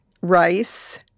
rice